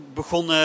begon